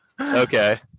Okay